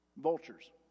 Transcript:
Vultures